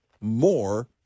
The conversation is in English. more